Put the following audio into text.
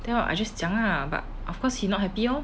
then I just 讲 lah but of course he not happy orh